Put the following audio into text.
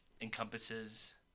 encompasses